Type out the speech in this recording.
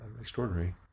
extraordinary